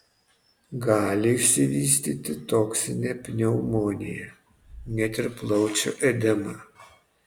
gali išsivystyti toksinė pneumonija net ir plaučių edema